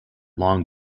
long